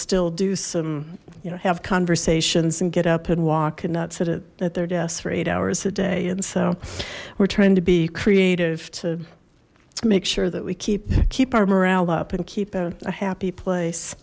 still do some you know have conversations and get up and walk and not sit at their desks for eight hours a day and so we're trying to be creative to make sure that we keep keep our morale up and keep a happy place